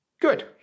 Good